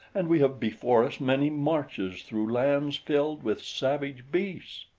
and we have before us many marches through lands filled with savage beasts.